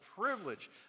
privilege